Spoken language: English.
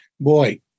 Boy